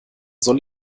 soll